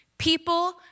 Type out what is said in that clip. People